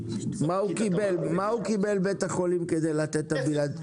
מה הוא קיבל בית החולים כדי לתת את הבלעדיות?